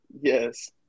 Yes